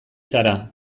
zara